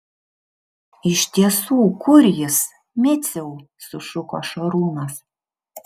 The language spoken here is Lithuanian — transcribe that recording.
iš tiesų kur jis miciau sušuko šarūnas